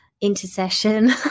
intercession